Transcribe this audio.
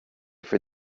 for